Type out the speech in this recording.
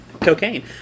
Cocaine